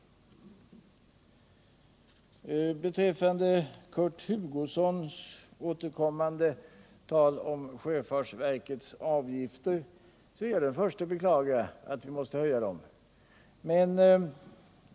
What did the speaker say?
Vad sedan beträffar Kurt Hugossons återkommande tal om sjöfartsverkets avgifter är jag den förste att beklaga att vi måste höja de avgifterna.